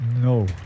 No